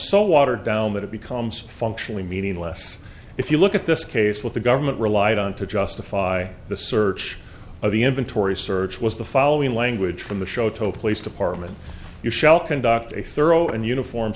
so watered down that it becomes functionally meeting less if you look at this case what the government relied on to justify the search of the inventory search was the following language from the shoto police department you shall conduct a thorough and uniform